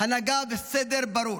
הנהגה וסדר ברור.